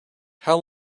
how